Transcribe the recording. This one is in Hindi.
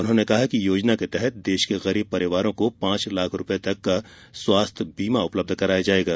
उन्होंने कहा कि योजना के तहत देश के गरीब परिवारों को पांच लाख रुपए तक का स्वास्थ्य बीमा उपलब्ध कराया जाएगा